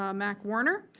um mac warner,